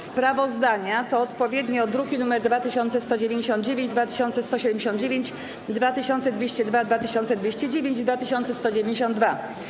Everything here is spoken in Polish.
Sprawozdania to odpowiednio druki nr 2199, 2179, 2202, 2209 i 2192.